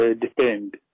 depend